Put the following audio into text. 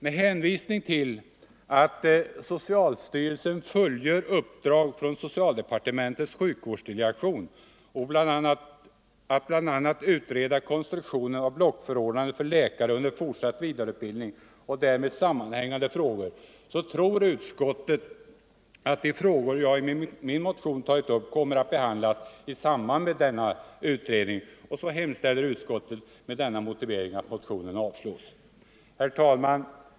Med hänvisning till att socialstyrelsen fullgör uppdrag från socialdepartementets sjukvårdsdelegation att bl.a. utreda konstruktionen av blockförordnanden för läkare under fortsatt vidareutbildning och därmed sammanhängande frågor tror socialutskottet att de frågor jag i min motion tagit upp kommer att behandlas i samband med denna utredning och avstyrker därför motionen. Herr talman!